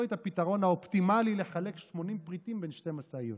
את הפתרון האופטימלי לחלק 80 פריטים בין שתי משאיות.